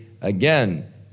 again